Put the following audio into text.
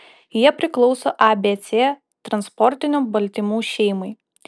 jie priklauso abc transportinių baltymų šeimai